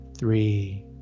three